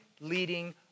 leading